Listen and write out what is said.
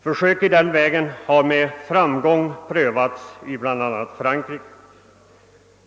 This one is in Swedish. Försök i den vägen har med stor framgång prövats bl.a. i Frankrike.